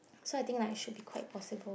so I think like should be quite possible